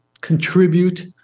contribute